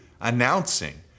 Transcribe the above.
announcing